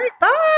bye